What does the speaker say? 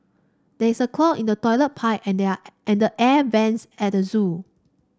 there is a clog in the toilet pipe and they are and air vents at the zoo